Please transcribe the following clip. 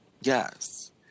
Yes